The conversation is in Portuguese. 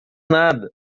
nada